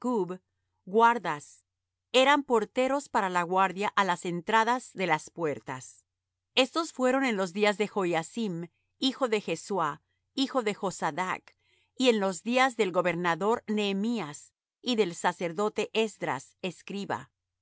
guardas eran porteros para la guardia á las entradas de las puertas estos fueron en los días de joiacim hijo de jesuá hijo de josadac y en los días del gobernador nehemías y del sacerdote esdras escriba